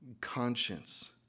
Conscience